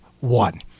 one